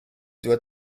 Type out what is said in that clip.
doit